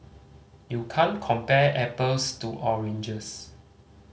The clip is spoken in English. you can't compare apples to oranges